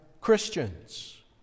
Christians